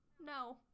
no